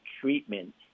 treatment